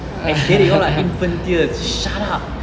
I get it you all are infanteer just shut up